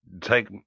take